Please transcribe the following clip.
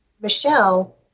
Michelle